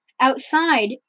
outside